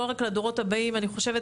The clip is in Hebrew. לא רק לדורות הבאים אני חושבת,